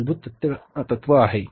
हे मूलभूत तत्व आहे